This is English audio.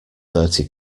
thirty